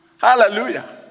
Hallelujah